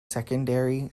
secondary